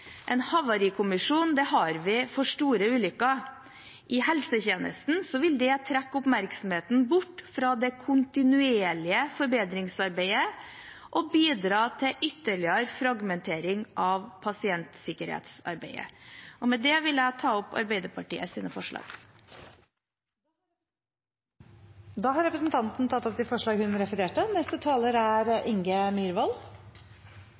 En havarikommisjon har vi for store ulykker. I helsetjenesten vil det trekke oppmerksomheten bort fra det kontinuerlige forbedringsarbeidet og bidra til ytterligere fragmentering av pasientsikkerhetsarbeidet. Med dette vil jeg ta opp forslaget fra Arbeiderpartiet, Senterpartiet og Sosialistisk Venstreparti. Representanten Ingvild Kjerkol har tatt opp det forslaget hun refererte